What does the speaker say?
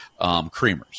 creamers